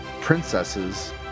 princesses